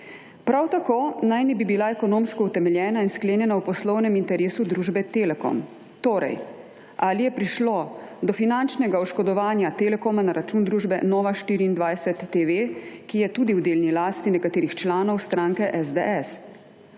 prav tako naj nebi bila ekonomsko utemeljena in sklenjena v poslovnem interesu družbe Telekom. Torej ali je prišlo do finančnega oškodovanja Telekoma na račun družbe Nova 24 TV, ki je tudi v delni lasti nekaterih članov stranke SDS?